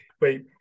wait